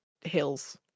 hills